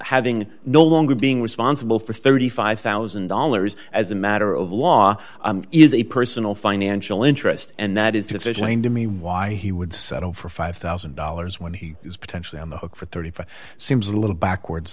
having no longer being responsible for thirty five thousand dollars as a matter of law is a personal financial interest and that is decision and to me why he would settle for five thousand dollars when he is potentially on the hook for thirty five dollars seems a little backwards